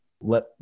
let